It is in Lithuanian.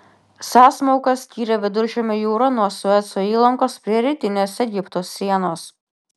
sąsmauka skyrė viduržemio jūrą nuo sueco įlankos prie rytinės egipto sienos